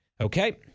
Okay